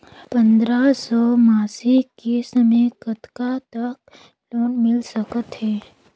पंद्रह सौ मासिक किस्त मे कतका तक लोन मिल सकत हे?